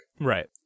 Right